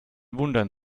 wundern